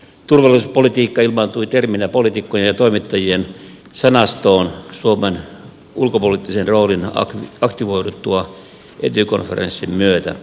turvallisuuspolitiikka ilmaantui terminä poliitikkojen ja toimittajien sanastoon suomen ulkopoliittisen roolin aktivoiduttua ety konferenssin myötä